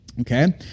Okay